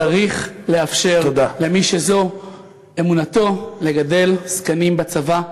צריך לאפשר למי שזו אמונתם לגדל זקנים בצבא,